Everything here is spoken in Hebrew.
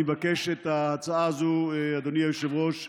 אני מבקש את ההצעה הזאת, אדוני היושב-ראש,